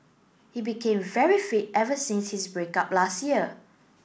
he became very fit ever since his break up last year